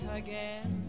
again